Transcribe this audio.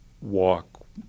walk